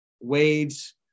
Wade's